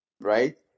right